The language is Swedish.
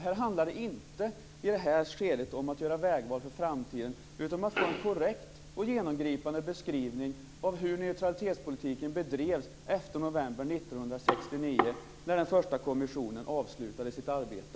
I det här skedet handlar det inte om att göra vägval för framtiden, utan om att få en korrekt och genomgripande beskrivning av hur neutralitetspolitiken bedrevs efter november 1969, när den första kommissionen avslutade sitt arbete.